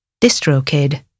DistroKid